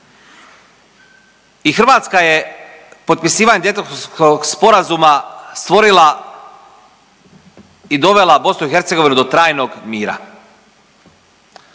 I Hrvatska je potpisivanjem Daytonskog sporazuma stvorila i dovela BiH do trajnog mira.